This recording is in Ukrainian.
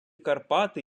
карпати